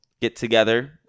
get-together